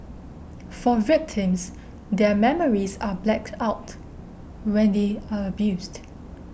for victims their memories are blacked out when they are abused